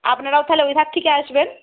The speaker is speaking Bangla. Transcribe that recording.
আপনারাও তাহলে ওই ধার থেকে আসবেন